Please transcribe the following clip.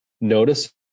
notice